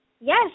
Yes